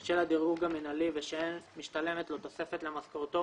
של הדירוג המינהלי ושאין משתלמת לו תוספת למשכורתו